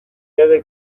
lege